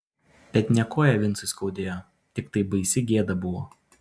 bet ne koją vincui skaudėjo tiktai baisi gėda buvo